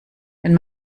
wenn